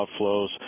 outflows